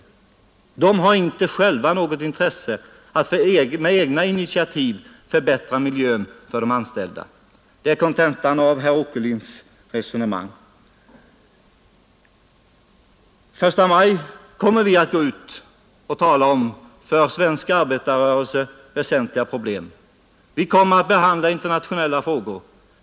Industrin har inte själv något intresse av att med egna initiativ förbättra miljön för de anställda. Det är kontentan av herr Åkerlinds resonemang. Den 1 maj kommer vi att gå ut och tala om för svensk arbetarrörelse väsentliga problem. Vi kommer att behandla internationella frågor.